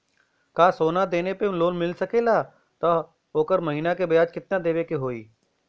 का सोना देले पे लोन मिल सकेला त ओकर महीना के ब्याज कितनादेवे के होई?